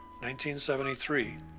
1973